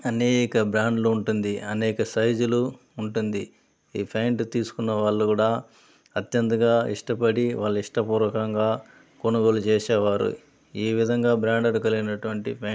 అనేక బ్రాండులు ఉంటుంది అనేక సైజులు ఉంటుంది ఈ ఫ్యాంటు తీసుకున్న వాళ్ళు కూడా అత్యంతగా ఇష్టపడి వాళ్ళు ఇష్టపూర్వకంగా కొనుగోలు చేసేవారు ఈ విధంగా బ్రాండేడు కలిగినటువంటి ఫ్యాంట్